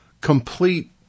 complete